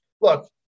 look